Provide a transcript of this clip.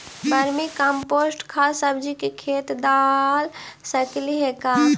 Vermi compost खाद सब्जी के खेत दाल सकली हे का?